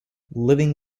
living